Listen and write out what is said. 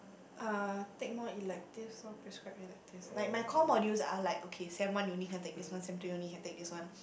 uh take more electives orh prescribed electives like my core modules are like okay sem one you only can take this one sem two you only can take this one